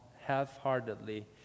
half-heartedly